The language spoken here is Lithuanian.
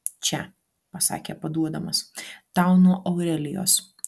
čia pasakė paduodamas tau nuo aurelijos